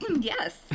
Yes